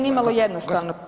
nimalo jednostavno.